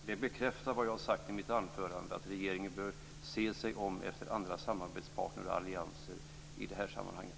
Det bekräftar vad jag har sagt i mitt anförande om att regeringen bör se sig om efter andra samarbetspartner och allianser i det här sammanhanget.